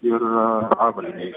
ir avalynei